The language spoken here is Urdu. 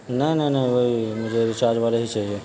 نہیں نہیں نہیں وہی مجھے ریچارج والا ہی چاہیے